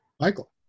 Michael